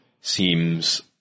seems